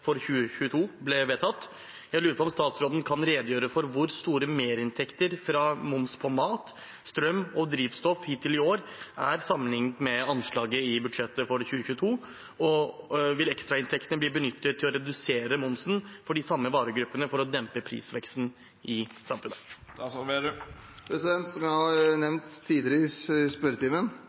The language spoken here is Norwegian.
for 2022 ble vedtatt. Kan statsråden redegjøre for hvor store merinntektene fra merverdiavgift på mat, strøm og drivstoff hittil i år er sammenliknet med anslaget i statsbudsjettet for 2022, og vil ekstrainntektene bli benyttet til å redusere merverdiavgiften for de samme varegruppene for å dempe prisveksten i samfunnet?» Som jeg har nevnt tidligere i